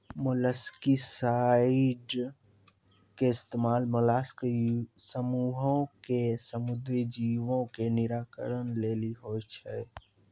molluscicide के इस्तेमाल mollusc समूहो के समुद्री जीवो के निराकरण लेली होय छै